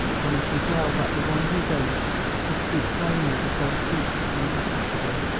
then it is well that the one who goes should speak plainly before speech becomes impossible,